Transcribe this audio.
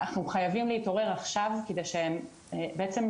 אנחנו חייבים להתעורר עכשיו כדי שהם לא